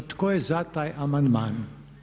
Tko je za taj amandman?